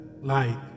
light